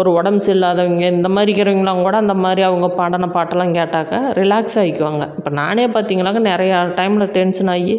ஒரு உடம்பு சரில்லாதவங்க இந்த மாதிரி இருக்றவிங்லாம் கூட அந்த மாதிரி அவங்க பாடின பாட்டெல்லாம் கேட்டாக்க ரிலாக்ஸ் ஆகிக்குவாங்க இப்போ நானே பார்த்திங்கனாக்கா நிறையா டைமில் டென்ஷன் ஆகி